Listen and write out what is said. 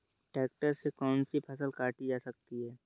Tractor से कौन सी फसल काटी जा सकती हैं?